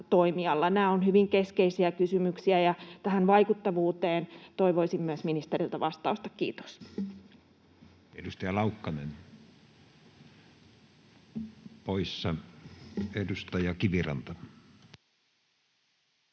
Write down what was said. Nämä ovat hyvin keskeisiä kysymyksiä, ja tähän vaikuttavuuteen toivoisin myös ministeriltä vastausta. — Kiitos. Edustaja Laukkanen poissa. — Edustaja Kiviranta.